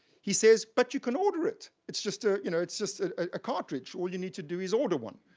he says, but you can order it. it's just, ah you know it's just a cartridge. all you need to do is order one.